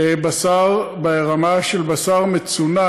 בשר ברמה של בשר מצונן.